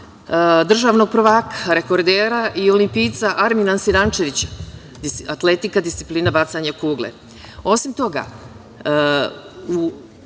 državnog prvaka, rekordera, olimpijca Armina Sinančevića, atletika, disciplina – bacanje kugle.